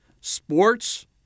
sports